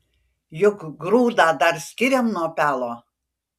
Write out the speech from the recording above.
juk grūdą dar skiriam nuo pelo